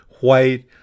white